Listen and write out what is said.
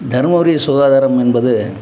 தர்மபுரி சுகாதாரம் என்பது